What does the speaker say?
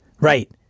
Right